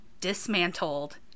dismantled